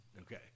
Okay